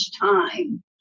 time